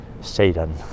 Satan